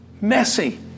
messy